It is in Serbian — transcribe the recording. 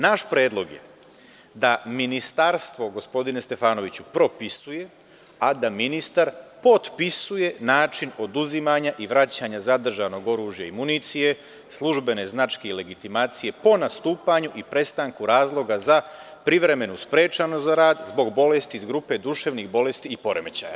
Naš predlog je da ministarstvo, gospodine Stefanoviću, propisuje a da ministar potpisije način oduzimanja i vraćanja zadržanog oružja i municije, službene značke i legitimacije po nastupanju i prestanku razloga za privremenu sprečenost za rad zbog bolesti iz grupe duševnih bolesti i poremećaja.